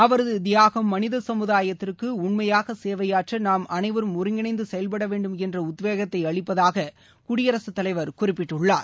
அவரது தியாகம் மனித சமுதாயத்திற்கு உண்மையாக சேவையாற்ற நாம் அனைவரும் ஒருங்கிணைந்து செயல்பட வேண்டும் என்ற உத்வேகத்தை அளிப்பதாக குடியரசுத்தலைவர் குறிப்பிட்டுள்ளார்